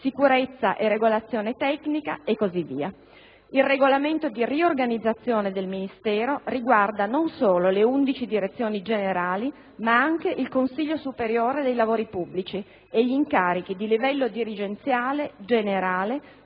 sicurezza e la regolazione tecnica, e così via. Il regolamento di riorganizzazione del Ministero riguarda non solo le 11 direzioni generali, ma anche il Consiglio superiore dei lavori pubblici e gli incarichi di livello dirigenziale generale